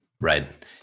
Right